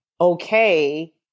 okay